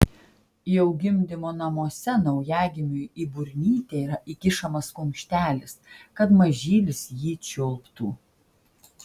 jau gimdymo namuose naujagimiui į burnytę yra įkišamas kumštelis kad mažylis jį čiulptų